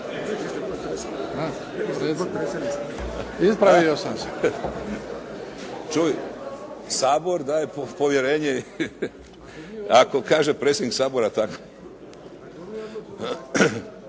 Ispravio sam se.